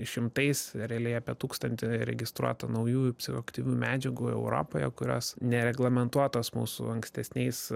šimtais realiai apie tūkstantį registruotų naujųjų psichoaktyvių medžiagų europoje kurios nereglamentuotos mūsų ankstesniais